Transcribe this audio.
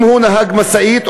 אם הוא נהג משאית,